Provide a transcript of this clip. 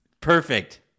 perfect